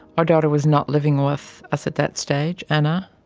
our daughter was not living with us at that stage, anna,